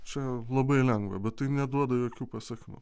čia labai lengva bet tai neduoda jokių pasekmių